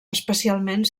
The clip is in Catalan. especialment